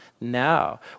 now